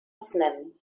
snem